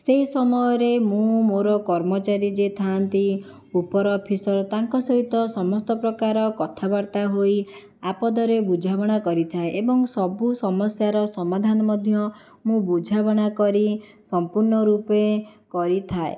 ସେହି ସମୟରେ ମୁଁ ମୋର କର୍ମଚାରୀ ଯେ ଥାଆନ୍ତି ଉପର ଅଫିସର୍ ତାଙ୍କ ସହିତ ସମସ୍ତ ପ୍ରକାର କଥାବାର୍ତ୍ତା ହୋଇ ଆପଦରେ ବୁଝାମଣା କରିଥାଏ ଏବଂ ସବୁ ସମସ୍ୟାର ସମଧାନ ମଧ୍ୟ ମୁଁ ବୁଝାମଣା କରି ସମ୍ପୂର୍ଣ୍ଣ ରୂପେ କରିଥାଏ